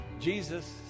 Jesus